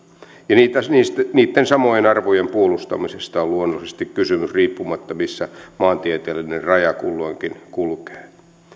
niitten niitten samojen arvojen puolustamisesta on luonnollisesti kysymys riippumatta missä maantieteellinen raja kulloinkin kulkee